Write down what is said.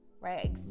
right